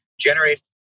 generate